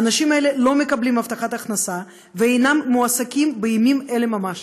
האנשים האלה לא מקבלים הבטחת הכנסה ואינם מועסקים בימים אלו ממש.